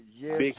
Yes